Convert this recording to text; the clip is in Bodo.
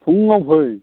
फुङाव फै